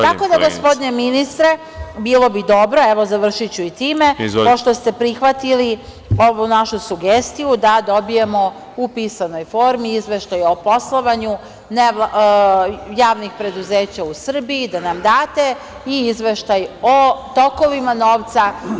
Tako da, gospodine ministre, bilo bi dobro, evo završiću time, pošto ste prihvatili ovu našu sugestiju, da dobijemo u pisanoj formi izveštaj o poslovanju javnih preduzeća u Srbiji, da nam date, i izveštaj o tokovima novca.